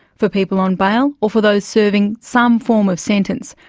for people on bail or for those serving some form of sentence.